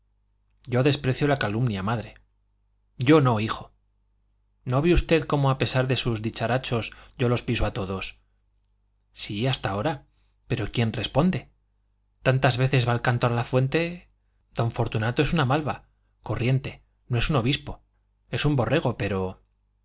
yo desprecio la calumnia madre yo no hijo no ve usted cómo a pesar de sus dicharachos yo los piso a todos sí hasta ahora pero quién responde tantas veces va el cántaro a la fuente don fortunato es una malva corriente no es un obispo es un borrego pero